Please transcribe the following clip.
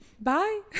bye